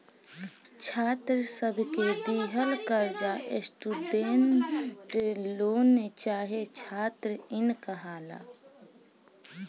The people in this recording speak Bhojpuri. छात्र सब के दिहल कर्जा स्टूडेंट लोन चाहे छात्र इन कहाला